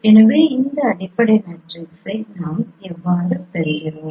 எனவே இந்த அடிப்படை மேட்ரிக்ஸை நாம் எவ்வாறு பெறுகிறோம்